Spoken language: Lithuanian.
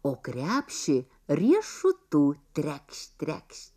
o krepšį riešutų trekš trekš